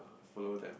follow them